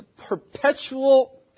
perpetual